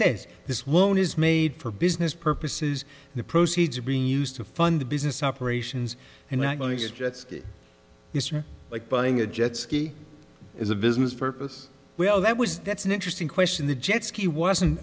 says this won't is made for business purposes the proceeds are being used to fund the business operations and not going to jet ski is like buying a jet ski is a business purpose well that was that's an interesting question the jet ski